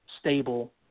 stable